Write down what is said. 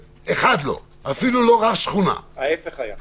כן, מדובר בפשרה, והפשרה היתה